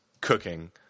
cooking